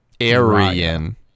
Aryan